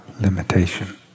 limitation